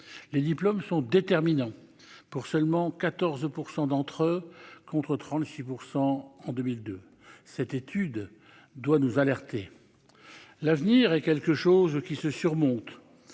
les diplômes sont déterminants pour seulement 14 % d'entre eux, contre 36 % en 2002, cette étude doit nous alerter l'avenir est quelque chose qui se surmonte